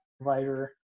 provider